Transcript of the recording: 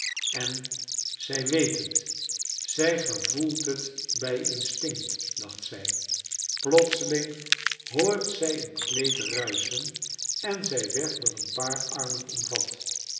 en zij weet het zij gevoelt het bij instinct dacht zij plotseling hoort zij een kleed ruischen en zij werd door een paar armen omvat